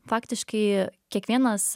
faktiškai kiekvienas